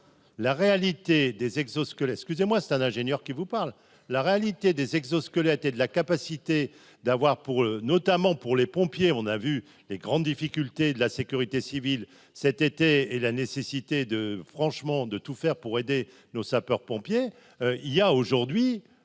la réalité des exosquelettes et de la capacité. D'avoir pour notamment pour les pompiers, on a vu les grandes difficultés de la sécurité civile cet été et la nécessité de franchement de tout faire pour aider nos sapeurs-pompiers, il y a aujourd'hui